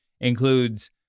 includes